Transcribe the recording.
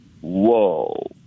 Whoa